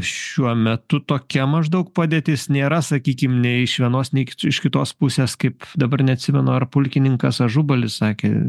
šiuo metu tokia maždaug padėtis nėra sakykim nė iš vienos nei kitų iš kitos pusės kaip dabar neatsimenu ar pulkininkas ažubalis sakė